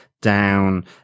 down